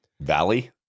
Valley